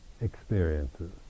experiences